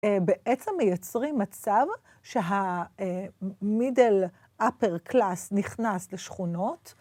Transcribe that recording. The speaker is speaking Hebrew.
בעצם מייצרים מצב שהmiddle upper class נכנס לשכונות.